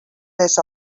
les